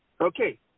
Okay